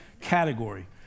category